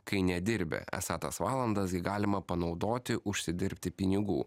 kai nedirbi esą tas valandas gi galima panaudoti užsidirbti pinigų